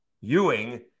Ewing